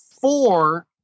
four